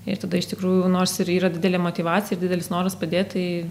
ir tada iš tikrųjų nors ir yra didelė motyvacija ir didelis noras padėt tai